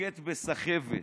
נוקט בסחבת'".